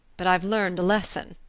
but i've learned a lesson.